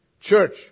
Church